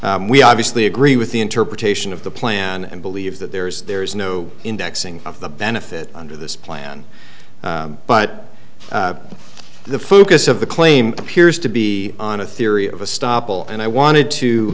below we obviously agree with the interpretation of the plan and believe that there is there is no indexing of the benefit under this plan but the focus of the claim appears to be on a theory of a stoppel and i wanted to